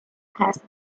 has